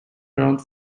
around